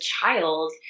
child